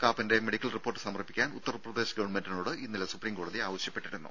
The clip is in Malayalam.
കാപ്പന്റെ മെഡിക്കൽ റിപ്പോർട്ട് സമർപ്പിക്കാൻ ഉത്തർപ്രദേശ് ഗവൺമെന്റിനോട് ഇന്നലെ സുപ്രീം കോടതി ഉത്തരവിട്ടിരുന്നു